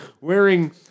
wearing